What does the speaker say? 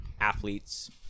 athletes